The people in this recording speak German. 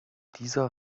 dieser